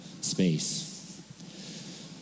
space